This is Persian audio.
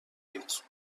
اید